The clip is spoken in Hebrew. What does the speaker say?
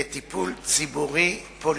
לטיפול ציבורי-פוליטי.